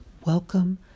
welcome